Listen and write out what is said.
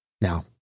Now